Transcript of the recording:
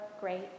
great